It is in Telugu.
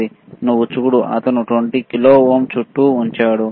మీరు గమనించినట్లైతే అతను 20 కిలో ఓం దగ్గర ఉంచాడు